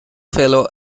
fellow